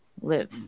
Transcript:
Live